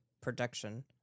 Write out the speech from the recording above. production